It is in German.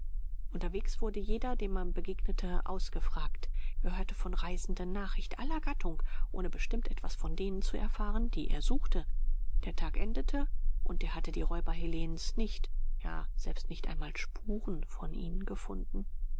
unterwegs wurde jeder dem man begegnete ausgefragt er hörte von reisenden nachricht aller gattung ohne bestimmt etwas von denen zu erfahren die er suchte der tag endete und er hatte die räuber helenens nicht ja selbst nicht einmal spuren von ihnen gefunden